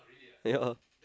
ya